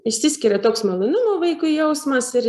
išsiskiria toks malonumo vaikui jausmas ir